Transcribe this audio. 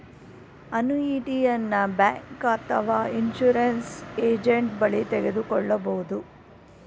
ಅನುಯಿಟಿಯನ bank ಅಥವಾ insurance agent ಬಳಿ ತೆಗೆದುಕೊಳ್ಳಬಹುದು